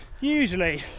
usually